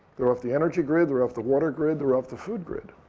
they're off the energy grid. they're off the water grid. they're off the food grid.